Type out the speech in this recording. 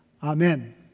Amen